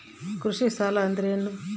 ಕೃಷಿ ಸಾಲ ಅಂದರೇನು?